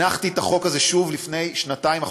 הנחתי את החוק הזה שוב לפני שנתיים,